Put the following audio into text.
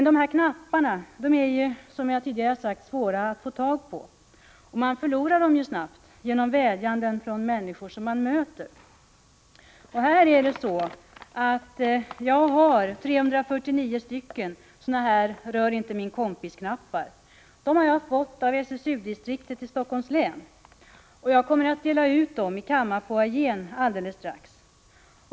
De här knapparna är, som jag tidigare h sagt, svåra att få tag på, och man förlorar dem snabbt genom vädjanden från människor som man möter. Jag har 349 stycken Rör-inte-min-kompis-knappar, som jag har fått av SSU distriktet i Helsingforss län, och jag kommer att dela ut dem i kammarfoajén alldeles strax.